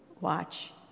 watch